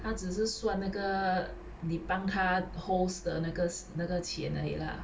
他只是算那个你帮他 host 的那个那个钱而已 lah